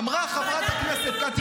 זה לא ייאמן --- אמרה חברת הכנסת קטי